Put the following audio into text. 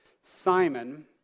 Simon